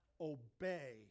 obey